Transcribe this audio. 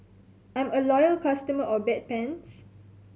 I'm a loyal customer of Bedpans